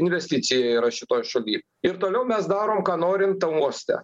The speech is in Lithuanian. investicija yra šitoj šaly ir toliau mes darom ką norim tam uoste